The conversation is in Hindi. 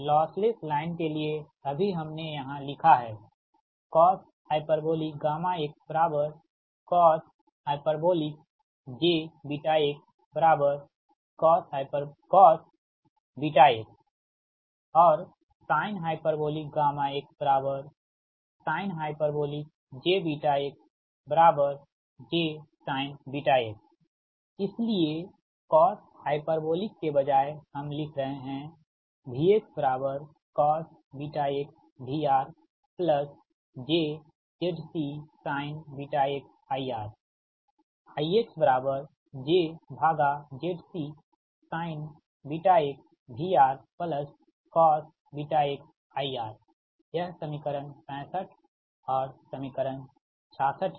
लॉस लेस लाइन के लिए अभी हमने यहाँ लिखा है इसलिए cos हाइपरबोलिक के बजाय हम लिख रहे है ये समीकरण 65 और समीकरण 66 हैं